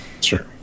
sure